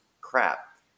crap